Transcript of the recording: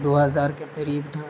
دو ہزار کے قریب تھا